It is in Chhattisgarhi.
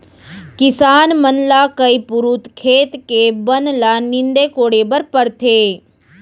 किसान मन ल कई पुरूत खेत के बन ल नींदे कोड़े बर परथे